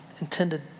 intended